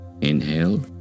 Inhale